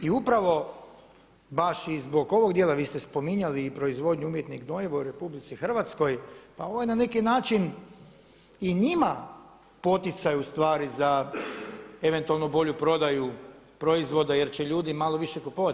I upravo baš i zbog ovog dijela, vi ste spominjali i proizvodnju umjetnih gnojiva u RH, pa ovo je na neki način i njima poticaj ustvari za eventualno bolju prodaju proizvoda jer će ljudi malo više kupovati.